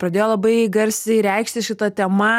pradėjo labai garsiai reikštis šita tema